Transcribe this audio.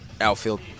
Outfield